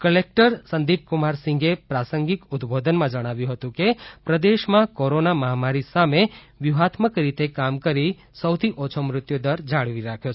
collector Sandeepkumar સિંઘે પ્રાસંગિક ઉદબોધનમાં જણાવ્યુ હતું કે પ્રદેશ માં કોરોના મહામારી સામે વ્યૂહાત્મક રીતે કામ કરી સોંથી ઓછો મૃત્યુ દર જાળવી રાખ્યો છે